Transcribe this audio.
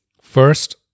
First